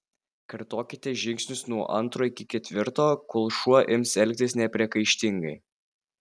kartokite žingsnius nuo antro iki ketvirto kol šuo ims elgtis nepriekaištingai